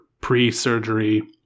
pre-surgery